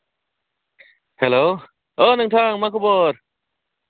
hello औ नोंथां मा खबर